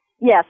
Yes